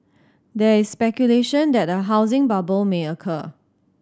there is speculation that a housing bubble may occur